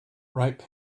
ripe